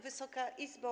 Wysoka Izbo!